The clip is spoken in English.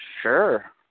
Sure